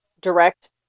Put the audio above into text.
direct